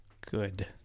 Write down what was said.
Good